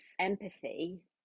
empathy